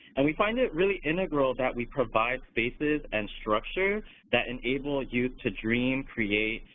and we find it really integral that we provide spaces and structure that enable ah youth to dream, create,